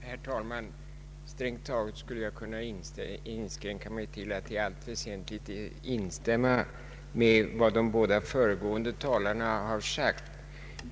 Herr talman! Strängt taget skulle jag kunna inskränka mig till att i allt väsentligt instämma i vad de båda föregående talarna har sagt.